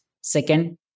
second